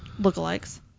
lookalikes